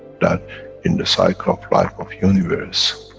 that in the cycle of life of universe,